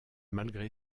malgré